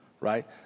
right